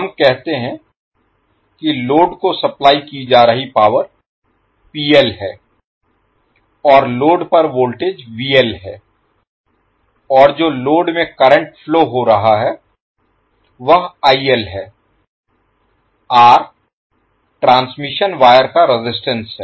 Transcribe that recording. हम कहते हैं कि लोड को सप्लाई की जा रही पावर है और लोड पर वोल्टेज है और जो लोड में करंट फ्लो हो रहा है वह है R ट्रांसमिशन वायर का रेजिस्टेंस है